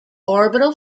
orbital